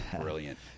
brilliant